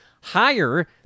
higher